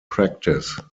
practice